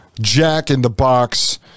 jack-in-the-box